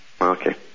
Okay